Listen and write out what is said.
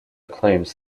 claims